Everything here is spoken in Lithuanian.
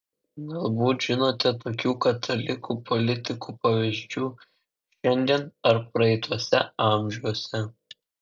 galbūt žinote tokių katalikų politikų pavyzdžių šiandien ar praeituose amžiuose